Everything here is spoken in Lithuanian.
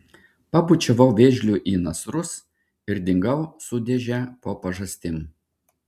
pabučiavau vėžliui į nasrus ir dingau su dėže po pažastim